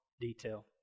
detail